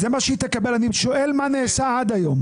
אני שואל מה נעשה עד היום.